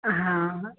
हाँ